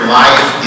life